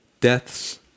Deaths